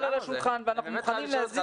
על השולחן ואנחנו מוכנים להזיז את הכול.